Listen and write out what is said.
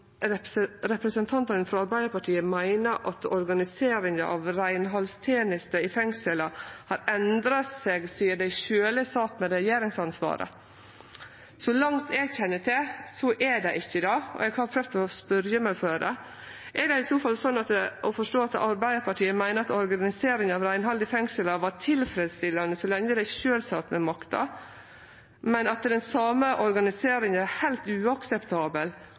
representantane frå Arbeidarpartiet meiner at organiseringa av reinhaldstenester i fengsla har endra seg sidan dei sjølve sat med regjeringsansvaret. Så langt eg kjenner til, har ho ikkje det, og eg har prøvt å spørje meg føre. Er det i så fall sånn å forstå at Arbeidarpartiet meiner at organiseringa av reinhaldet i fengsla var tilfredsstillande så lenge dei sjølve sat med makta, men at den same organiseringa er heilt uakseptabel